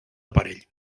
aparell